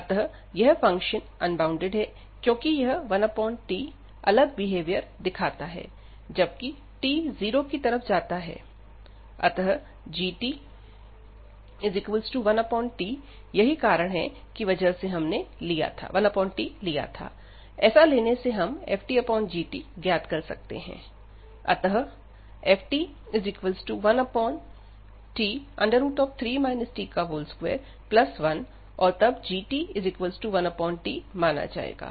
अतः यह function unbounded है क्योंकि यह 1t अलग बिहेवियर दिखाता है जबकि t जीरो की तरफ जाता है अतः g1tयही वह कारण है की वजह से हमने 1tलिया था ऐसा लेने से हम ftgt ज्ञात कर सकते हैं अतः ft1t3 t21 और तब g1t माना जाएगा